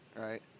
right